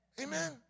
Amen